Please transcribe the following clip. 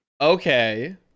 Okay